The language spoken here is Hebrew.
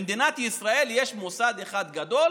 במדינת ישראל יש מוסד אחד גדול